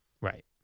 Right